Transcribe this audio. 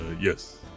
yes